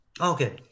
Okay